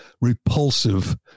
repulsive